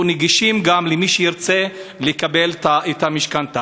נגישים גם למי שירצה לקבל את המשכנתה.